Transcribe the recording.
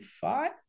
five